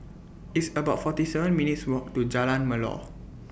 It's about forty seven minutes' Walk to Jalan Melor